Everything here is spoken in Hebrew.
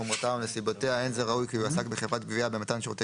חומרתה או נסיבותיה אין זה ראוי כי יועסק בחברת גבייה במתן שירותי